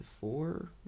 four